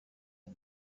iyo